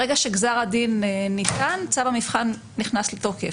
ברגע שגזר הדין ניתן, צו המבחן נכנס לתוקף.